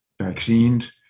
vaccines